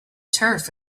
turf